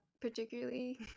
particularly